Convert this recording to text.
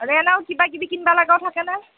আৰু এনেও কিবা কিবি কিনবা লগাও থাকে নহয়